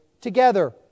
together